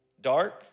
Dark